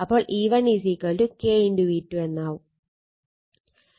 അപ്പോൾ E1 K V2 എന്നായിരിക്കും